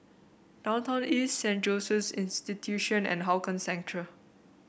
Downtown East Saint Joseph's Institution and Hougang Central